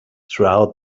throughout